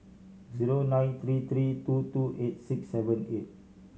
zero nine three three two two eight six seven eight